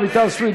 רויטל סויד,